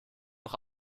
noch